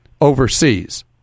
overseas